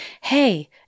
Hey